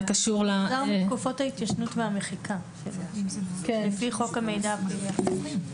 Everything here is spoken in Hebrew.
תקופות ההתיישנות והמחיקה לפי חוק המידע הפלילי.